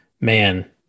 man